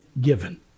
given